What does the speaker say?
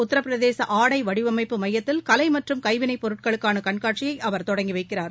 உத்தரபிரதேச ஆடை வடிவமைப்பு மையத்தில் கலை மற்றும் கவினைப் பொருட்களுக்கான கண்காட்சியை அவர் தொடங்கி வைக்கிறார்